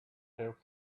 have